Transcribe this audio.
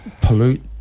pollute